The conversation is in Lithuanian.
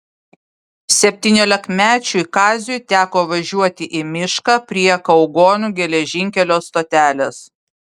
septyniolikmečiui kaziui teko važiuoti į mišką prie kaugonių geležinkelio stotelės